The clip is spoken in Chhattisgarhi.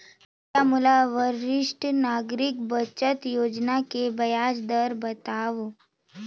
कृपया मोला वरिष्ठ नागरिक बचत योजना के ब्याज दर बतावव